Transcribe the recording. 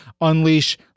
unleash